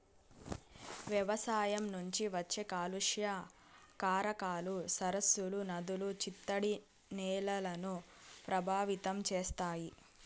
వ్యవసాయం నుంచి వచ్చే కాలుష్య కారకాలు సరస్సులు, నదులు, చిత్తడి నేలలను ప్రభావితం చేస్తాయి